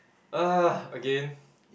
!ugh! again